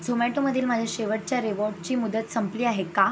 झोमॅटोमधील माझ्या शेवटच्या रेवॉर्डची मुदत संपली आहे का